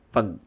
Pag